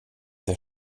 der